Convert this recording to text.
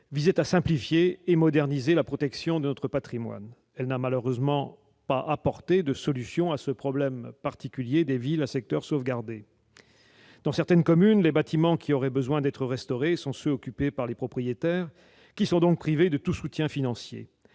visait à simplifier et à moderniser la protection de notre patrimoine. Elle n'a malheureusement pas apporté de solution à ce problème particulier des villes à secteur sauvegardé. Dans certaines communes, les bâtiments qui auraient besoin d'être restaurés sont occupés par leurs propriétaires, qui sont donc privés de tout soutien financier.